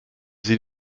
sie